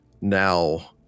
now